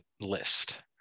list